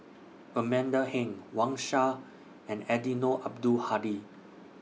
Amanda Heng Wang Sha and Eddino Abdul Hadi